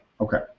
Okay